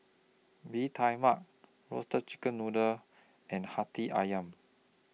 Bee Tai Mak Roasted Chicken Noodle and Hati Ayam